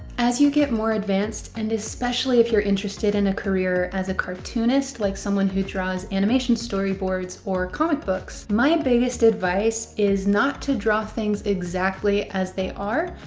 as you get more advanced and especially if you're interested in a career as a cartoonist, like someone who draws animation storyboards or comic books, my biggest advice is not to draw things exactly as they are,